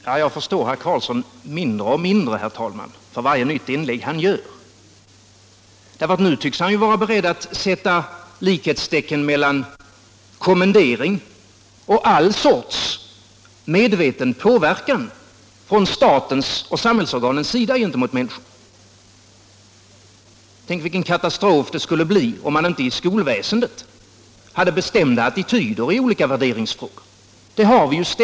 Herr talman! Jag förstår herr Karlsson i Huskvarna mindre och mindre för varje nytt inlägg han gör. Nu tycks han vilja sätta likhetstecken mellan kommendering och all sorts medveten påverkan från statens och samhällsorganens sida. Tänk vilken katastrof det skulle bli om vi inte i skolväsendet hade bestämda attityder i olika värderingsfrågor.